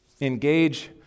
engage